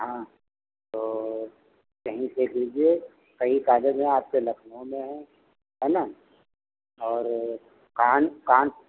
हाँ तो कहीं से कीजिए कई कॉलेज आपके लखनऊ में हैं है ना कौन कौन